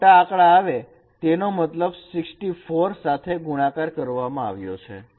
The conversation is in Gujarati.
જો મોટા આંકડા આવે તો તેનો મતલબ 64 સાથે ગુણાકાર કરવામાં આવ્યો છે